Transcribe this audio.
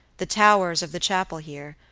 the towers of the chapel here,